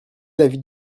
l’avis